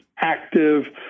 active